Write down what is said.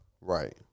right